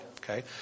okay